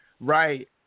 right